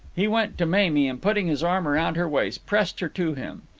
he went to mamie and, putting his arm round her waist, pressed her to him.